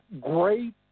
great